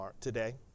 today